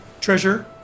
treasure